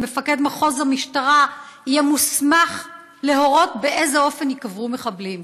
ומפקד מחוז המשטרה יהיה מוסמך להורות באיזה אופן ייקברו מחבלים.